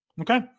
Okay